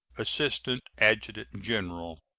assistant adjutant-general.